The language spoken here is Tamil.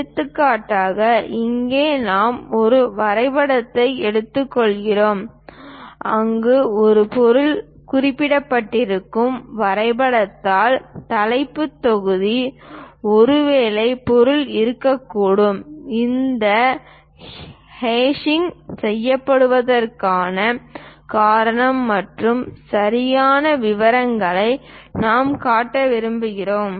எடுத்துக்காட்டாக இங்கே நாம் ஒரு வரைபடத்தை எடுத்துக்காட்டுகிறோம் அங்கு ஒரு பொருள் குறிப்பிடப்பட்டிருக்கும் வரைபடத் தாள் தலைப்புத் தொகுதி ஒருவேளை பொருள் இருக்கக்கூடும் இந்த ஹேஷிங் செய்யப்படுவதற்கான காரணம் மற்றும் சிக்கலான விவரங்களை நாம் காட்ட விரும்புகிறோம்